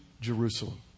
Jerusalem